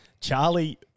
Charlie